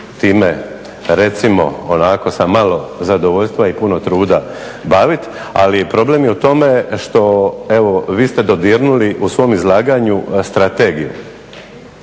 time recimo onako sa malo zadovoljstva i puno truda baviti. Ali problem je u tome što evo vi ste dodirnuli u svom izlaganju strategiju.